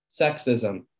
sexism